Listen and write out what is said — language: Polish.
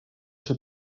się